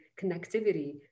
connectivity